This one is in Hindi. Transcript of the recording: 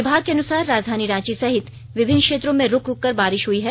विभाग के अनुसार राजधानी रांची सहित विभिन्न क्षेत्रों में रूक रूककर बारिश हई है